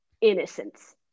innocence